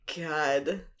God